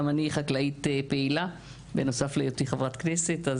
גם אני חקלאית פעילה בנוסף להיותי חברת כנסת,